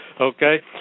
okay